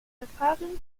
verfahren